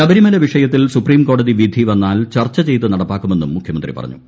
ശബരിമല വിഷയത്തിൽ സൂപ്രീംകോടതി വിധി വന്നാൽ ചർച്ചചെയ്ത് നടപ്പാക്കുമെന്നും മു്ഖ്യമന്ത്രി പറഞ്ഞു